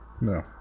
no